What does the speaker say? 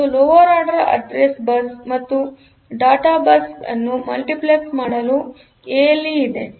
ಮತ್ತು lower order address bus ಮತ್ತು data bus ಅನ್ನು ಮಲ್ಟಿಪ್ಲೆಕ್ಸ್ ಮಾಡಲು ಎಎಲ್ಇ ಇದೆ